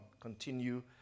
Continue